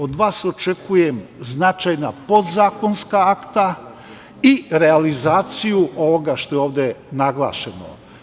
Od vas očekujem značajna podzakonska akta i realizaciju ovoga što je ovde naglašeno.